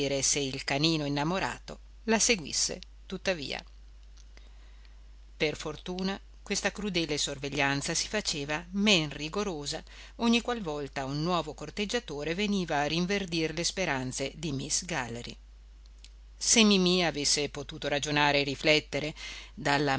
il canino innamorato la seguisse tuttavia per fortuna questa crudele sorveglianza si faceva men rigorosa ogni qual volta un nuovo corteggiatore veniva a rinvedir le speranze di miss galley se mimì avesse potuto ragionare e riflettere dalla